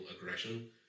aggression